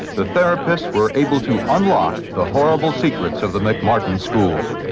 the therapists were able to unlock the horrible secrets of the mcmartin school.